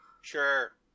Sure